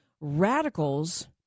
radicals